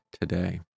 today